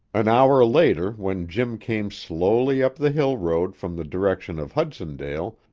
an hour later when jim came slowly up the hill road from the direction of hudsondale,